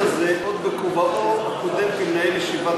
הזה עוד בכובעו הקודם כמנהל ישיבת,